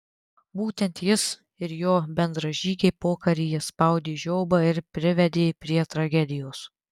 būtent jis ir jo bendražygiai pokaryje spaudė žiobą ir privedė prie tragedijos